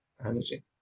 energy